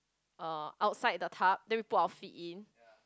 a outside the tub then we put our feet in